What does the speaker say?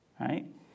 right